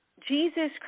Jesus